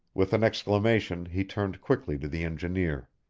with an exclamation he turned quickly to the engineer.